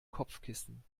kopfkissen